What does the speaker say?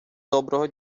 доброго